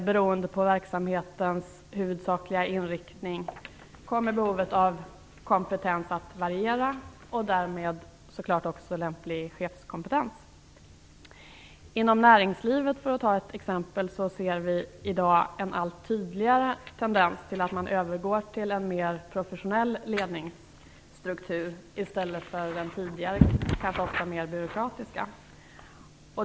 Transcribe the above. Beroende på verksamhetens huvudsakliga inriktning kommer behovet av kompetens att variera. Detsamma gäller därmed förstås också behovet av lämplig chefskompetens. Inom näringslivet ser vi i dag, för att ta ett exempel, en allt tydligare tendens till att man övergår till en mer professionell ledningsstruktur i stället för den tidigare, kanske ofta mer byråkratiska.